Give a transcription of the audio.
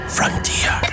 Frontier